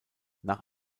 nach